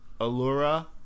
Allura